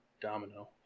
Domino